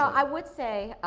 i would say